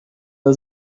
the